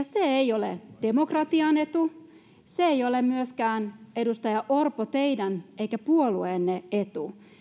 se ei ole demokratian etu se ei ole myöskään edustaja orpo teidän eikä puolueenne etu